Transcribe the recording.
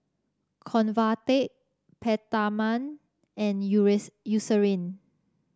Convatec Peptamen and Eucerin